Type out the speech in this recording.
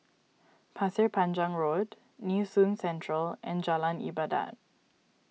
Pasir Panjang Road Nee Soon Central and Jalan Ibadat